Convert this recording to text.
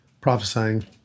prophesying